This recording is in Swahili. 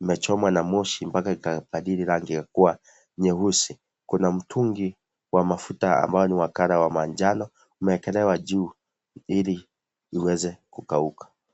Imechomwa na moshi mpaka ikabadili rangi na kuwa nyeusi. Kuna mtungi wa mafuta wa colour wa manjano, umewekelewa juu , ili iweze kukauka.